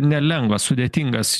nelengvas sudėtingas